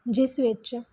ਜਿਸ ਵਿੱਚ